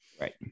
right